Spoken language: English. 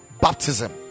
baptism